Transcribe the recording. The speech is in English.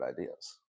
ideas